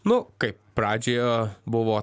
nu kaip pradžioje buvo